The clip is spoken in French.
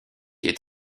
est